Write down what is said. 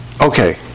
Okay